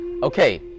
okay